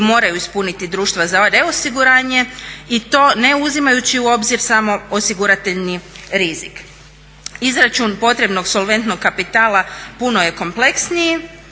moraju ispuniti društva za reosiguranje i to neuzimajući u obzir samo osigurateljni rizik. Izračun potrebnog solventnog kapitala puno je kompleksniji